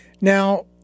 Now